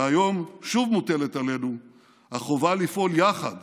והיום שוב מוטלת עלינו החובה לפעול יחד